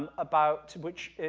ah about which,